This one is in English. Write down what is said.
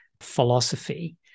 philosophy